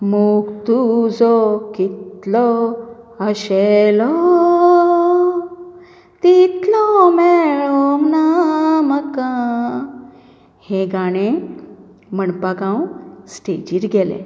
मोग तुजो कितलो आशेलो तितलो मेळोंग ना म्हाका हें गाणें म्हणपाक हांव स्टेजीर गेलें